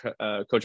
coach